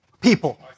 People